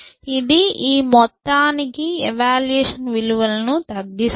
ఇది ఈ మొత్తానికి ఎవాల్యూయేషన్ విలువలను తగ్గిస్తుంది